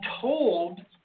told